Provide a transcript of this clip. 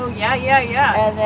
yeah, yeah, yeah.